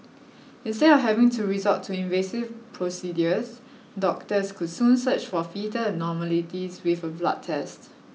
instead of having to resort to invasive procedures doctors could soon search for foetal abnormalities with a blood test